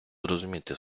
зрозуміти